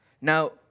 Now